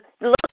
look